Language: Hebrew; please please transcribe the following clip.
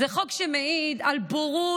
זה חוק שמעיד על בורות